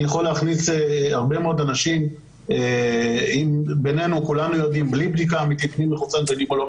אני יכול להכניס הרבה מאוד אנשים בלי בדיקה אמיתית מי מחוסן ומי לא.